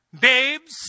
babes